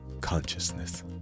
Consciousness